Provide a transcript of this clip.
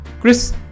Chris